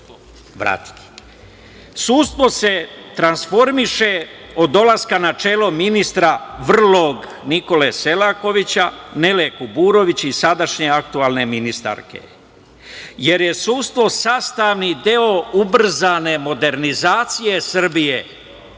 se transformiše od dolaska na čelo ministra vrlog Nikole Selakovića, Nele Kuburović i sadašnje aktuelne ministarke, jer je sudstvo sastavni deo ubrzane modernizacije Srbije